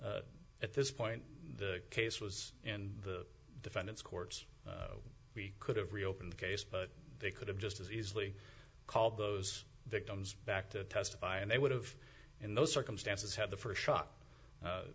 st at this point the case was in the defendant's courts we could have reopened the case but they could have just as easily called those victims back to testify and they would have in those circumstances had the st shot